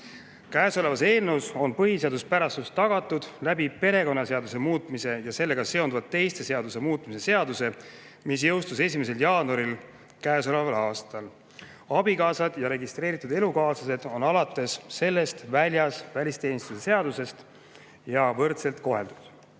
Käesoleva eelnõu kohaselt on põhiseaduspärasus tagatud perekonnaseaduse muutmise ja sellega seonduvalt teiste seaduste muutmise seadusega, mis jõustus 1. jaanuaril käesoleval aastal. Abikaasad ja registreeritud elukaaslased on alates sellest välisteenistuse seadusest väljas ja võrdselt koheldud.